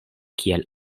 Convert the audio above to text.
kiel